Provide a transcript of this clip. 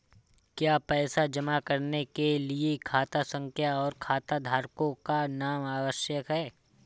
क्या पैसा जमा करने के लिए खाता संख्या और खाताधारकों का नाम आवश्यक है?